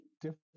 different